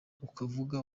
ukavuga